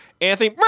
Anthony